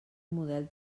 model